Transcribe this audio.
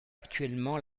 actuellement